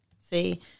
See